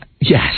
yes